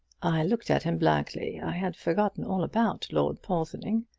looked at him blankly. i had forgotten all about lord porthoning.